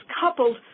coupled